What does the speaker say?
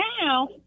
now